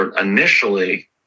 initially